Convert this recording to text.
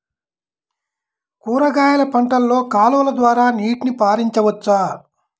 కూరగాయలు పంటలలో కాలువలు ద్వారా నీటిని పరించవచ్చా?